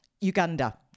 Uganda